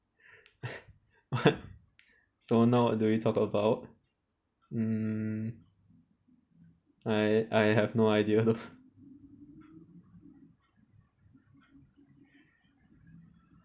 what so now what do we talk about mm I I have no idea